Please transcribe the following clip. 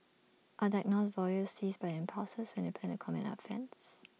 are diagnosed voyeurs seized by their impulses when they plan to commit an offence